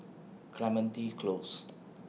Clementi Close